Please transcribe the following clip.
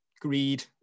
greed